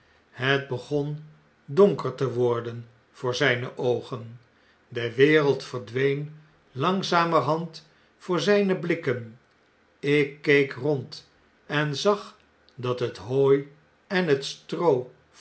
het begon donker te worden voor zijne oogen de wereld verdween langzamerhand voor zijne blikken ik keek rond en zag dat het hooi en het stroo